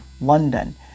London